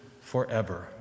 forever